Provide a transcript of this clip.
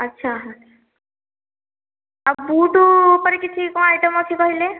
ଆଚ୍ଛା ହଁ ଆଉ ବୁଟ୍ ଉପରେ କିଛି କଣ ଆଇଟମ ଅଛି କହିଲେ